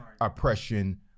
oppression